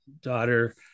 daughter